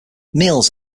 meals